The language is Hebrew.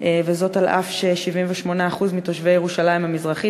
וזאת אף ש-78% מתושבי ירושלים המזרחית